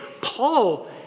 Paul